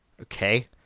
Okay